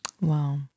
Wow